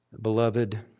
Beloved